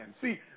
See